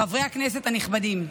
חברי הכנסת הנכבדים,